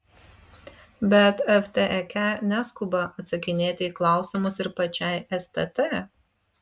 bet vtek neskuba atsakinėti į klausimus ir pačiai stt